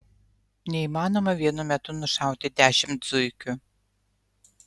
neįmanoma vienu metu nušauti dešimt zuikių